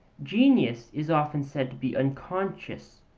genius is often said to be unconscious,